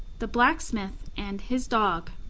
the blacksmith and his dog